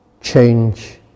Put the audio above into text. change